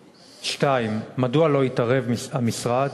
2. מדוע לא התערב המשרד?